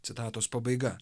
citatos pabaiga